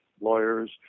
lawyers